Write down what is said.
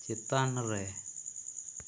ᱪᱮᱛᱟᱱᱨᱮ